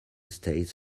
stays